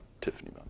Tiffany